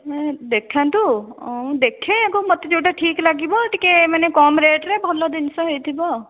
ହୁଁ ଦେଖାନ୍ତୁ ମୁଁ ଦେଖେ ଆଗ ମୋତେ ଯେଉଁଟା ଠିକ୍ ଲାଗିବ ଟିକିଏ ମାନେ କମ ରେଟ୍ରେ ଭଲ ଜିନିଷ ହୋଇଥିବ